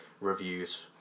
reviews